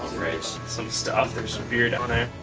some stuff. there's some beer down there.